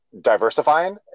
diversifying